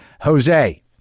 Jose